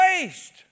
waste